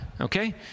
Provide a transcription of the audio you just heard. okay